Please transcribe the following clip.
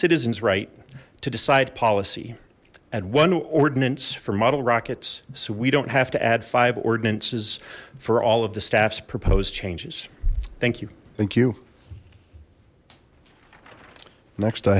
citizen's right to decide policy at one ordnance for model rockets so we don't have to add five ordinances for all of the staffs proposed changes thank you thank you next i